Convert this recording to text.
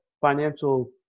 financial